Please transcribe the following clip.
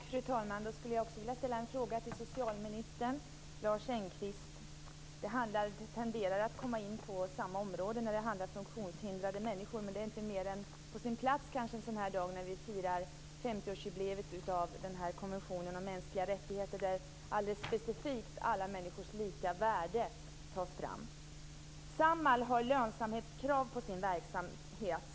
Fru talman! Jag skulle också vilja ställa en fråga till socialminister Lars Engqvist. Den tenderar att komma in på samma område, den handlar om funktionshindrade människor. Men det är kanske inte mer än på sin plats en sådan här dag då vi firar 50 årsjubileet av konventionen om mänskliga rättigheter där alla människors lika värde alldeles specifikt lyfts fram. Samhall har lönsamhetskrav på sin verksamhet.